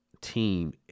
team